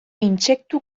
intsektu